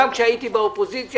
גם כשהייתי באופוזיציה,